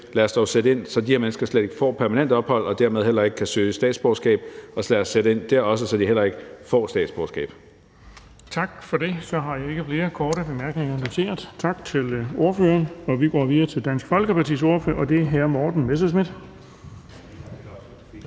Lad os dog sætte ind, så de her mennesker slet ikke får permanent ophold og dermed heller ikke kan søge statsborgerskab. Så lad os sætte ind der også, så de heller ikke får statsborgerskab. Kl. 15:16 Den fg. formand (Erling Bonnesen): Tak for det. Så har jeg ikke flere korte bemærkninger noteret. Tak til ordføreren. Vi går videre til Dansk Folkepartis ordfører, og det er hr. Morten Messerschmidt.